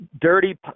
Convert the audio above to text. dirty